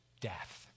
death